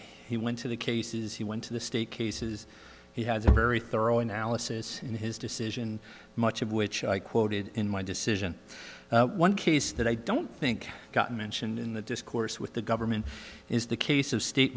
went to the cases he went to the state cases he has a very thorough analysis in his decision much of which i quoted in my decision one case that i don't think got mentioned in the discourse with the government is the case of state